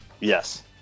Yes